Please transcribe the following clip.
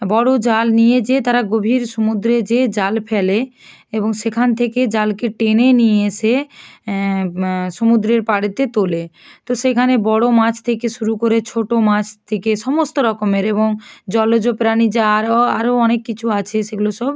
বড় জাল নিয়ে যেয়ে তারা গভীর সমুদ্রে যেয়ে জাল ফেলে এবং সেখান থেকে জালকে টেনে নিয়ে এসে সমুদ্রের পাড়েতে তোলে তো সেখানে বড় মাছ থেকে শুরু করে ছোট মাছ থেকে সমস্ত রকমের এবং জলজ প্রাণী যা আরও আরও অনেক কিছু আছে সেগুলো সব